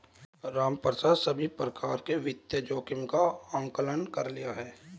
रामप्रसाद सभी प्रकार के वित्तीय जोखिम का आंकलन कर लिए है